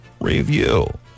review